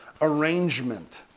Arrangement